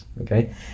okay